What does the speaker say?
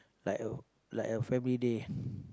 like a like a family day